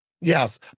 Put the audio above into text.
Yes